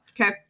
Okay